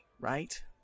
right